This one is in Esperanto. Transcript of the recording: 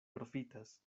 profitas